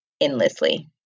endlessly